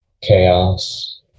chaos